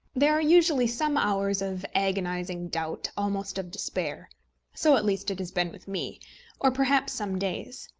there are usually some hours of agonising doubt, almost of despair so at least it has been with me or perhaps some days.